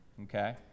Okay